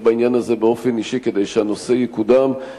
בעניין הזה באופן אישי כדי שהנושא יקודם,